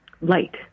light